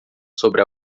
sobre